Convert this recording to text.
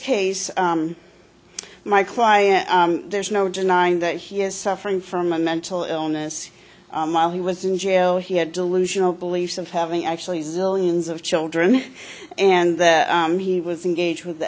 case my client there's no denying that he is suffering from a mental illness my he was in jail he had delusional beliefs of having actually zillions of children and that he was engaged with the